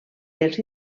dels